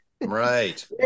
right